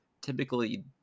typically